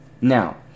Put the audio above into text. now